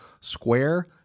Square